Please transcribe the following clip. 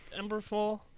Emberfall